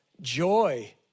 Joy